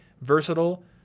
versatile